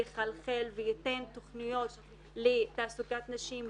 יחלחל וייתן תכניות לתעסוקת נשים,